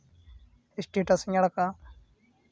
ᱮᱥᱴᱮᱴᱟᱥᱤᱧ ᱟᱲᱟᱠᱟ